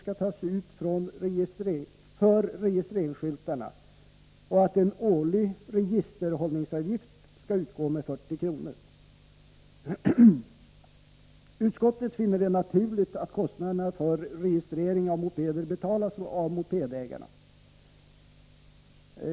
skall tas ut för registreringsskyltarna och att en årlig registerhållningsavgift skall utgå med 40 kr. Utskottet finner det naturligt att kostnaderna för registrering av mopeder betalas av mopedägarna.